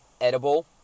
edible